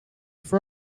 for